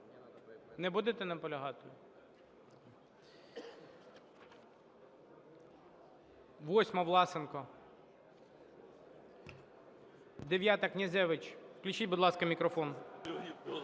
Не будете наполягати? 8-а, Власенко. 9-а, Князевич. Включіть, будь ласка, мікрофон.